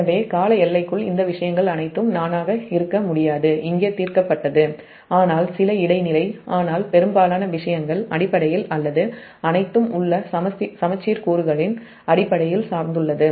எனவே கால எல்லைக்குள் இந்த விஷயங்கள் அனைத்தும் இருக்க முடியாது இங்கே தீர்க்கப்பட்டது ஆனால் சில இடைநிலை பெரும்பாலான விஷயங்கள் அடிப்படையில் அல்லது அனைத்தும் உங்கள் சமச்சீர் கூறுகளின் அடிப்படையில் சார்ந்துள்ளது